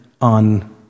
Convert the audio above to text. on